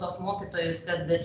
tuos mokytojus kad